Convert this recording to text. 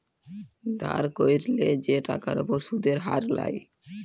ধার ক্যইরলে যে টাকার উপর সুদের হার লায়